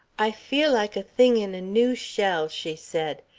i feel like a thing in a new shell, she said.